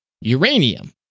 Uranium